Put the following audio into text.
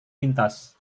lintas